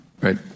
Right